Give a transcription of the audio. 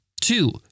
Two